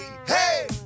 Hey